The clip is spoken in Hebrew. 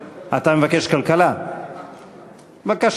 בעד,